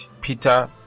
Peter